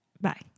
Bye